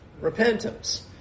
Repentance